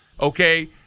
okay